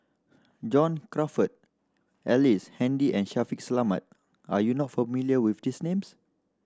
John Crawfurd Ellice Handy and Shaffiq Selamat are you not familiar with these names